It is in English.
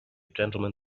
gentlemen